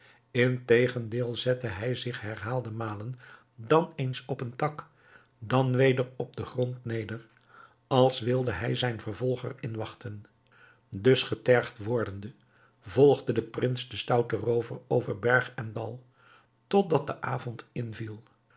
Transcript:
tegendeel zette hij zich herhaalde malen dan eens op een tak dan weder op den grond neder als wilde hij zijn vervolger inwachten dus getergd wordende volgde de prins den stouten roover over berg en dal tot dat de avond inviel